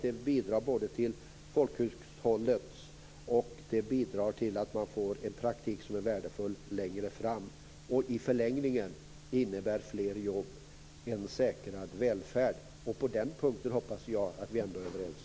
De bidrar till folkhushållet och till en värdefull praktik. I förlängningen innebär fler jobb en säkrad välfärd. Jag hoppas att vi är överens på den punkten.